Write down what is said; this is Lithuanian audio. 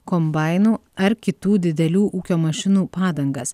kombainų ar kitų didelių ūkio mašinų padangas